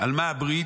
על מה הברית?